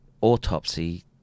autopsy